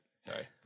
sorry